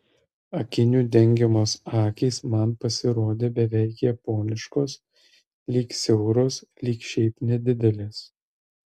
akinių dengiamos akys man pasirodė beveik japoniškos lyg siauros lyg šiaip nedidelės